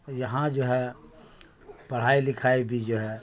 یہاں جو ہے پڑھائی لکھائی بھی جو ہے